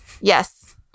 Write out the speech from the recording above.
Yes